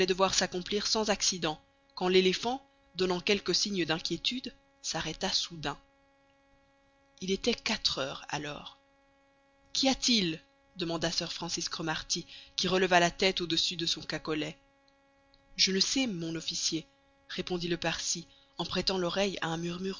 devoir s'accomplir sans accident quand l'éléphant donnant quelques signes d'inquiétude s'arrêta soudain il était quatre heures alors qu'y a-t-il demanda sir francis cromarty qui releva la tête au-dessus de son cacolet je ne sais mon officier répondit le parsi en prêtant l'oreille à un murmure